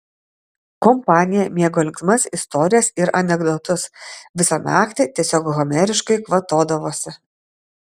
kompanija mėgo linksmas istorijas ir anekdotus visą naktį tiesiog homeriškai kvatodavosi